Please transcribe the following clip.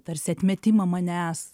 tarsi atmetimą manęs